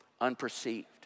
unperceived